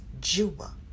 Juba